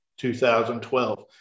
2012